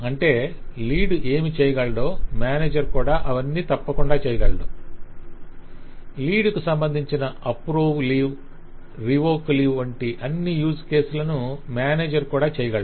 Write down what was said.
అంటే లీడ్ ఏమి చేయగలడో మేనేజర్ కూడా అవన్నీ తప్పకుండా చేయగలడు లీడ్ కు సంబంధించిన approve leave revoke leave approve leave revoke leave వంటి అన్ని యూజ్ కేసులను మేనేజర్ కూడా చేయగలడు